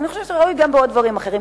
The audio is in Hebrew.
אז אני חושבת שזה ראוי גם בדברים אחרים,